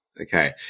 Okay